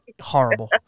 horrible